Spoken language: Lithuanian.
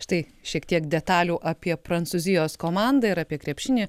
štai šiek tiek detalių apie prancūzijos komandą ir apie krepšinį